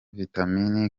vitamin